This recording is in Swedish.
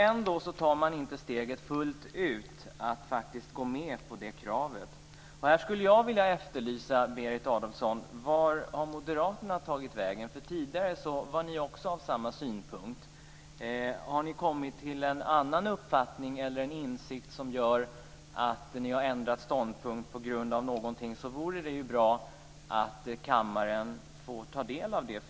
Ändå tar man inte steget fullt ut och går med på det kravet. Här efterlyser jag moderaterna. Var har ni tagit vägen? Tidigare hade också ni samma synpunkt. Om ni har kommit fram till en annan uppfattning eller en insikt som gör att ni har ändrat ståndpunkt vore det bra om kammaren fick ta del av det.